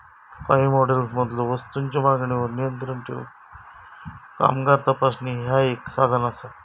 काही मॉडेल्समधलो वस्तूंच्यो मागणीवर नियंत्रण ठेवूक कामगार तपासणी ह्या एक साधन असा